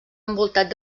envoltat